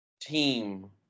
team